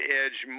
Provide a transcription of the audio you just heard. edge